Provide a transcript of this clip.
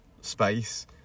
space